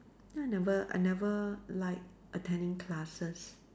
I never I never like attending classes